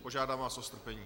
Požádám vás o strpení.